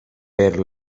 per